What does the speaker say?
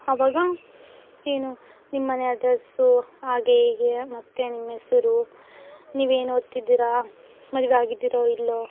ಅವಾಗ ಏನು ನಿಮ್ಮ ಮನೆ ಅಡ್ರಸ್ಸು ಹಾಗೆ ಹೀಗೆ ಮತ್ತು ನಿಮ್ಮ ಹೆಸರು ನೀವೇನು ಓದ್ತಿದೀರಾ ಮದುವೆ ಆಗಿದ್ದೀರೋ ಇಲ್ವೋ